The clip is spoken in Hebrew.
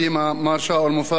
מר שאול מופז,